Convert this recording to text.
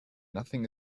nothing